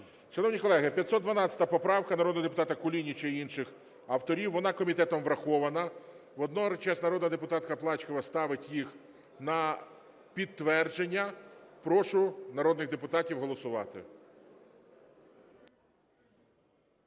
Шановні колеги, 512 поправка народного депутата Кулініча і інших авторів, вона комітетом врахована. Водночас народна депутатка Плачкова ставить їх на підтвердження. Прошу народних депутатів голосувати.